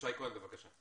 אבישי כהן, בבקשה.